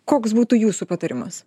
koks būtų jūsų patarimas